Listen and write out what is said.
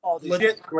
legit